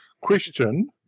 Question